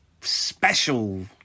special